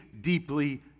deeply